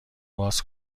باز